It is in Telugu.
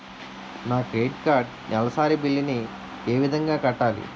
నా క్రెడిట్ కార్డ్ నెలసరి బిల్ ని ఏ విధంగా కట్టాలి?